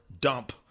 dump